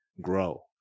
grow